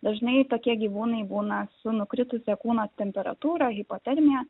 dažnai tokie gyvūnai būna su nukritusia kūno temperatūra hipotermija